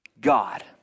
God